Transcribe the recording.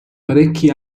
parecchi